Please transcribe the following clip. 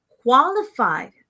qualified